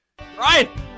Right